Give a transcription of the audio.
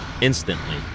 instantly